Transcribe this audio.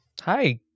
Hi